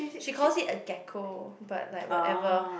she calls it a gecko but like whatever